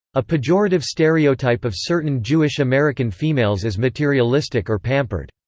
a pejorative stereotype of certain jewish american females as materialistic or pampered.